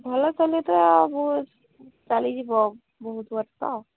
ଭଲ ଚାଲିଲେ ତ ବହୁତ ଚାଲିଯିବ ବହୁତ ବର୍ଷ